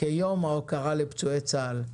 כיום ההוקרה לפצועי צה"ל.